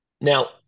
now